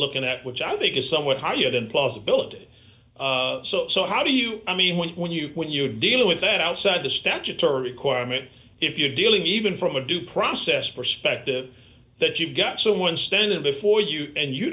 looking at which i think is somewhat higher than plausibility so how do you i mean when when you when you deal with that outside the statutory requirement if you're dealing even from a due process perspective that you've got someone standing before you and you